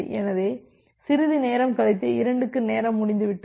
எனவே சிறிது நேரம் கழித்து 2க்கு நேரம் முடிந்தது